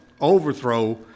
overthrow